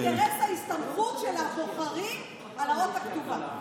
ואינטרס ההסתמכות של הבוחרים על האות הכתובה.